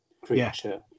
creature